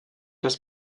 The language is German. des